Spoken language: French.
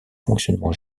fonctionnement